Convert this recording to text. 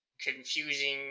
confusing